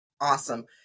Awesome